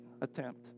attempt